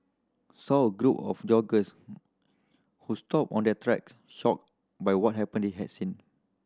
saw a group of joggers who stopped on their track shocked by what happen they had seen